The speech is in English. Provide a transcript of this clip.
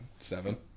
Seven